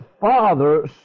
father